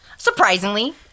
Surprisingly